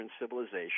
civilization